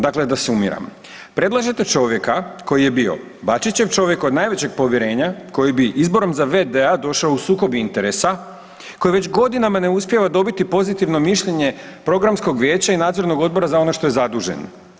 Dakle, da sumiramo, predlažete čovjeka koji je bio Bačićev čovjek od najvećeg povjerenja, koji bi izborom za v.d. došao u sukob interesa, koji već godinama ne uspijeva dobiti pozitivno mišljenje programskog vijeća i nadzornog odbora za ono što je zadužen.